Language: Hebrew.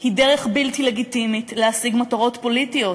היא דרך בלתי לגיטימית להשיג מטרות פוליטיות.